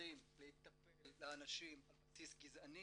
שוטרים להיטפל לאנשים על בסיס גזעני